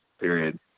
period